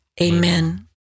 Amen